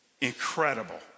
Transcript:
incredible